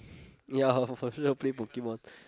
ya for sure play Pokemon